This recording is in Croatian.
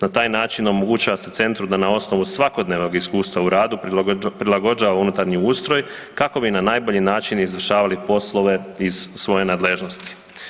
Na taj način omogućava se Centru da na osnovu svakodnevnog iskustva u radu prilagođava unutarnji ustroj kako bi na najbolji način izvršavali poslove iz svoje nadležnosti.